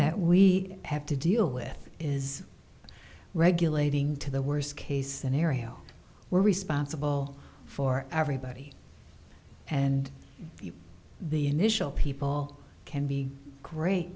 that we have to deal with is regulating to the worst case scenario we're responsible for everybody and the initial people can be great